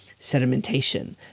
sedimentation